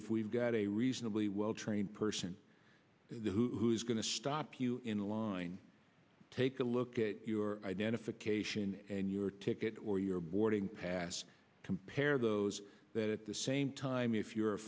if we've got a reasonably well trained person who's going to stop you in line take a look at your identification and your ticket or your boarding pass compare those that at the same time if you're a